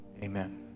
Amen